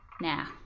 Now